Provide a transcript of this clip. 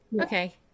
okay